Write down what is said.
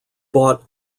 bought